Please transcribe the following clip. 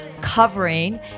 covering